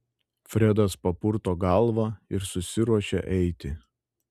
fredas papurto galvą ir susiruošia eiti